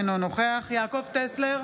אינו נוכח יעקב טסלר,